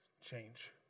change